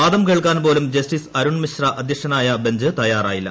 വാദം കേൾക്കാൻപോലും ജസ്റ്റിസ് അരുൺ മിശ്ര അധ്യക്ഷനായ ബഞ്ച് തയ്യാറായില്ല